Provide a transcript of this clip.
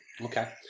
Okay